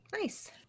Nice